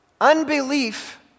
Unbelief